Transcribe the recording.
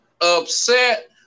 upset